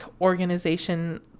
organization